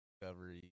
discovery